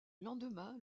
lendemain